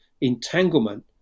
entanglement